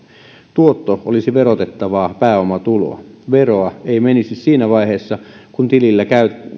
tuotto olisi verotettavaa pääomatuloa veroa ei menisi siinä vaiheessa kun tilillä